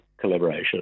collaboration